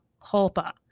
culpa